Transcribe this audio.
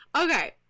okay